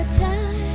time